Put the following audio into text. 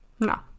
No